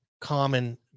common